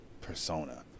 Persona